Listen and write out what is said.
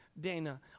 Dana